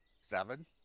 Seven